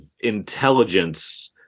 intelligence